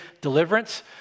deliverance